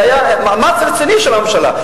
והיה מאמץ רציני של הממשלה.